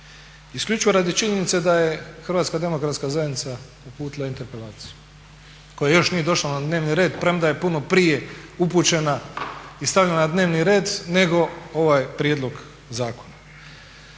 Isključivo radi činjenice da je HDZ uputila interpelaciju koje još nije došlo na dnevni red premda je puno prije upućena i stavljena na dnevni red nego ovaj prijedlog zakona.